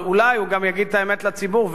אבל אולי הוא גם יגיד את האמת לציבור,